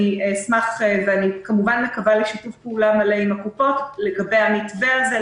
אני כמובן מקווה לשיתוף פעולה מלא עם הקופות לגבי המתווה הזה,